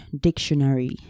dictionary